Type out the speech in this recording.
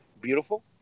beautiful